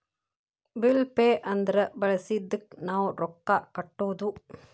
bill pay ಅಂದ್ರ ಬಳಸಿದ್ದಕ್ಕ್ ನಾವ್ ರೊಕ್ಕಾ ಕಟ್ಟೋದು